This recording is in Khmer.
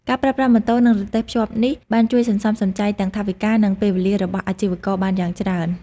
ការប្រើប្រាស់ម៉ូតូនិងរទេះភ្ជាប់នេះបានជួយសន្សំសំចៃទាំងថវិកានិងពេលវេលារបស់អាជីវករបានយ៉ាងច្រើន។